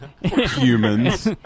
humans